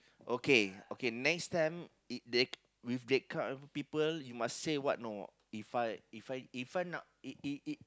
okay okay next time E they with that kind of people you must say what know if I if I if I not E E